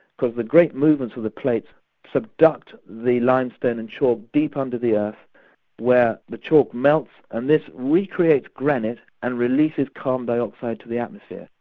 because the great movements of the plates subduct the limestone and chalk deep under the earth where the chalk melts and this recreates granite and releases carbon dioxide to the atmosphere.